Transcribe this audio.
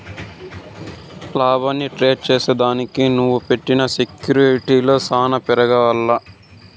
లాభానికి ట్రేడ్ చేసిదానికి నువ్వు పెట్టిన సెక్యూర్టీలు సాన పెరగాల్ల